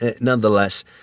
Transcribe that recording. nonetheless